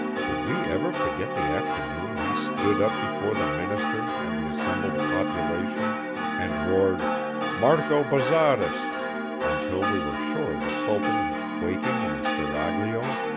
could we ever forget the afternoon he stood up before the minister and the assembled population and roared marco bozzaris until we were sure the sultan was quaking in his seraglio?